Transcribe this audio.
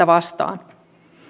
vastaan